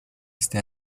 este